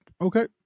Okay